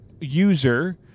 user